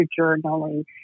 journaling